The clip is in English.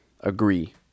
agree